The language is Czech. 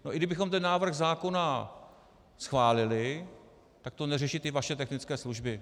I kdybychom návrh zákona schválili, tak to neřeší vaše technické služby.